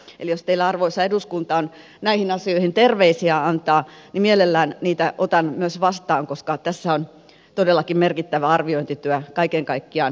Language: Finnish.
eli jos teillä arvoisa eduskunta on näihin asioihin terveisiä antaa niin mielelläni niitä otan myös vastaan koska tässä on todellakin merkittävä arviointityö kaiken kaikkiaan käynnissä